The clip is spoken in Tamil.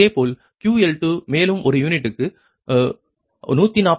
இதேபோல் QL2 மேலும் ஒரு யூனிட்க்கு 142